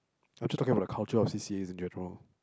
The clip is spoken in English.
I'm just talking about the cultures of C_C_A in general